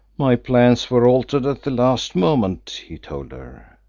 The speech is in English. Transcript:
my plans were altered at the last moment, he told her.